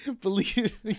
Believe